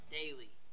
daily